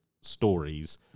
stories